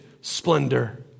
splendor